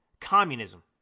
communism